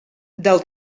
del